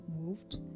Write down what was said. moved